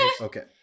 Okay